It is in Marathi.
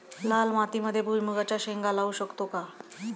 लाल मातीमध्ये भुईमुगाच्या शेंगा लावू शकतो का?